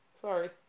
Sorry